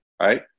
right